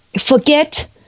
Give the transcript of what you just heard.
forget